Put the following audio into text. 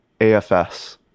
AFS